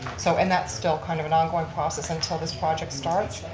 so and that's still kind of an ongoing process until this project starts.